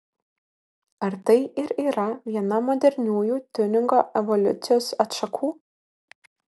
ar tai ir yra viena moderniųjų tiuningo evoliucijos atšakų